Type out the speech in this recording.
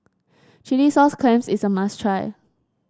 Chilli Sauce Clams is a must try